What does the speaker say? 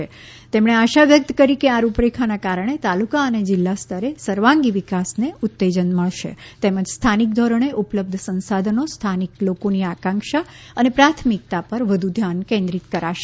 શ્રી તોમરે આશા વ્યકત કરી હતી કે આ રૂપરેખાના કારણે તાલુકા અને જિલ્લા સ્તરે સર્વાગી વિકાસને ઉત્તેજન મળશે તેમજ સ્થાનિક ધોરણે ઉપલબ્ધ સંસાધનો સ્થાનિક લોકોની આકાંક્ષા અને પ્રાથમિકતા પર વધુ ધ્યાન કેન્દ્રિત કરાશે